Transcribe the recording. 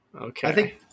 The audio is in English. Okay